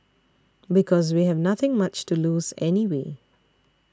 because we have nothing much to lose anyway